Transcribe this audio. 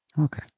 Okay